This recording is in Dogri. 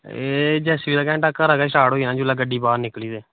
एह् जेसीबी दा घैंटा घरा गै स्टार्ट होई जाना जेल्लै गड्डी बाहर निकली ते